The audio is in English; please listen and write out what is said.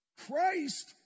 Christ